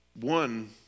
One